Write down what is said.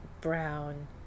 brown